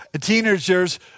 teenagers